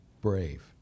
brave